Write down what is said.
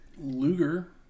Luger